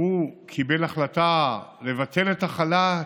הוא קיבל החלטה לבטל את החל"ת,